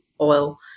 oil